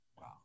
Wow